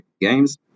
games